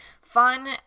fun